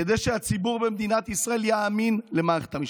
כדי שהציבור במדינת ישראל יאמין למערכת המשפט,